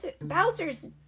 Bowser's